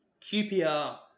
QPR